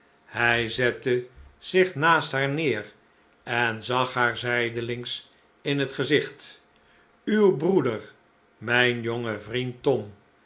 hij zette zich naast haar neer en zag haar zijdelings in het gezicht uw broeder mijn jonge vriend tom